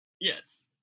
yes